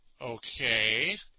Okay